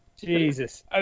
Jesus